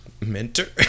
Mentor